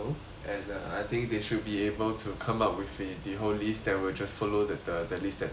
uh I think they should be able to come up with a the whole list then we'll just follow the the that list that they provide